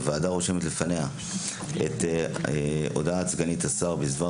הוועדה רושמת לפניה את הודעת סגנית השר בדבר